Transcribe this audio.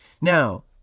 Now